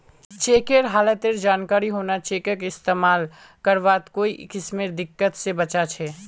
चेकेर हालतेर जानकारी होना चेकक इस्तेमाल करवात कोई किस्मेर दिक्कत से बचा छे